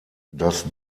das